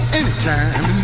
anytime